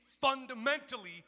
fundamentally